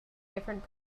different